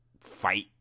fight